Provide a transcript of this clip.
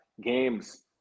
games